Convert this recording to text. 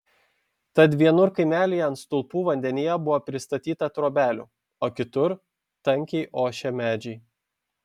tad vienur kaimelyje ant stulpų vandenyje buvo pristatyta trobelių o kitur tankiai ošė medžiai